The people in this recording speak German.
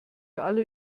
alle